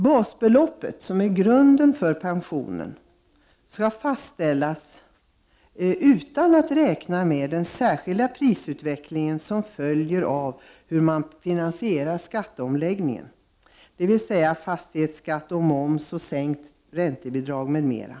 Basbeloppet, som är grunden för pensionen, skall fastställas utan att man räknar med den särskilda prisutvecklingen som följer av hur man finansierar skatteomläggningen, dvs. fastighetsskatt, moms, sänkning av räntebidrag m.m.